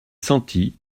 senti